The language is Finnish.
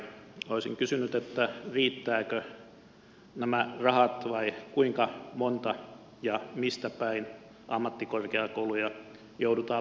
olisin kysynyt riittävätkö nämä rahat vai kuinka monta ja mistä päin ammattikorkeakouluja joudutaan lopettamaan